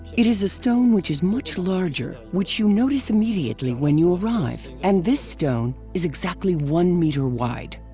it is a stone which is much larger, which you notice immediately when you arrive, and this stone, is exactly one meter wide.